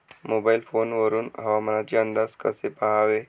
Mobile phone वर हवामानाचे अंदाज कसे पहावे?